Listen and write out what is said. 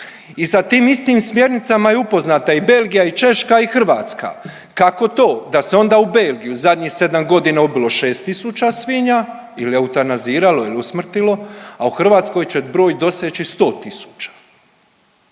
i sa tim istim smjernicama je upoznata i Belgija i Češka i Hrvatska kako to da se onda u Belgiji u zadnjih 7 godina ubilo 6 tisuća svinja ili eutanaziralo ili usmrtilo, a u Hrvatskoj će broj doseći 100 tisuća